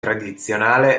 tradizionale